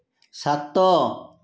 ସାତ